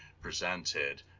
presented